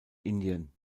indien